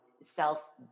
self